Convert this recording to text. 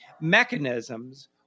mechanisms